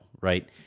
right